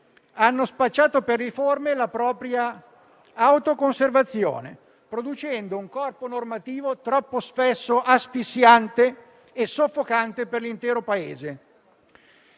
hanno spacciato per riforme la propria autoconservazione, producendo un corpo normativo troppo spesso asfissiante e soffocante per l'intero Paese.